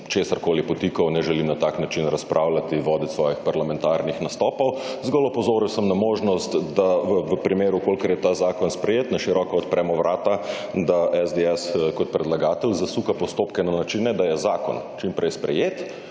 česarkoli podtikal, ne želim na tak način razpravljati in voditi svojih parlamentarnih nastopov. Zgolj opozoril sem na možnost, da v primeru kolikor je ta zakon sprejet, na široko odpremo vrata, da SDS kot predlagatelj zasuka postopke na način, ne da je zakon čim prej sprejet,